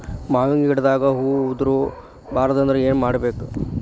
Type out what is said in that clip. ಮಾವಿನ ಗಿಡದಾಗ ಹೂವು ಉದುರು ಬಾರದಂದ್ರ ಏನು ಮಾಡಬೇಕು?